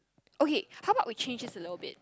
okay how about we change it a little bit